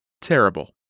terrible